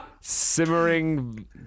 Simmering